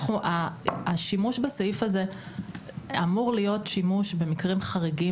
השימוש בסעיף הזה אמור להיות שימוש במקרים חריגים